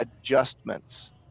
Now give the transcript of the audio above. adjustments